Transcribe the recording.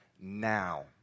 now